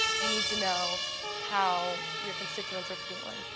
you need to know how your constituents are feeling.